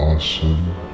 Awesome